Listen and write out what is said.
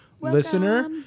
listener